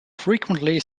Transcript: frequently